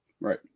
right